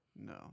No